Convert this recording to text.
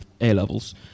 A-levels